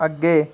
अग्गें